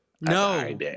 No